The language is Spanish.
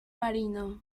marino